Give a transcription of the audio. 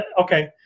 okay